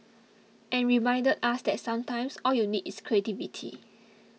and reminded us that sometimes all you need is creativity